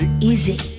easy